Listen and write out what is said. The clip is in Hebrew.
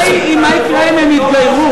השאלה, מה יקרה אם הם יתגיירו?